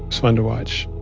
it was fun to watch,